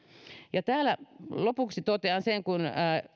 lopuksi totean kun